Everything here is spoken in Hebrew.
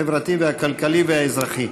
החברתי והכלכלי והאזרחי.